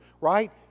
right